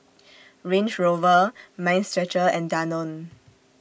Range Rover Mind Stretcher and Danone